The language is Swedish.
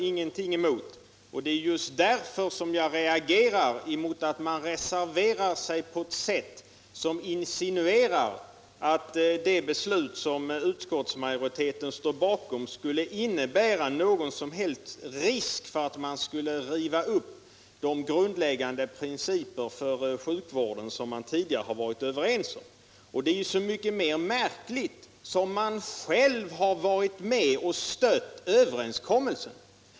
Men det är just därför som jag reagerar mot att man reserverar sig på ett sätt som insinuerar att det beslut som utskottsmajoriteten står bakom skulle innebära en risk för att riva upp de grundläggande principer för sjukvården som vi tidigare varit överens om. Och det är så mycket mer märkligt att göra det som ni själva har varit med om att stödja överenskommelsen.